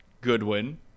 Goodwin